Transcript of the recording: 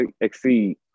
exceed